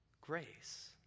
grace